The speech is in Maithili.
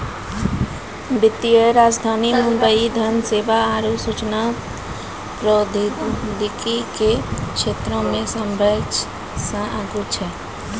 वित्तीय राजधानी मुंबई धन सेवा आरु सूचना प्रौद्योगिकी के क्षेत्रमे सभ्भे से आगू छै